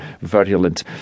virulent